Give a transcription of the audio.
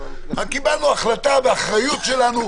רגע --- הנוסח הזה הוא ההצעה של יושב-ראש הוועדה.